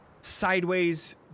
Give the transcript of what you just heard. sideways